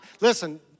Listen